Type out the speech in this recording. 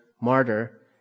martyr